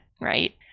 right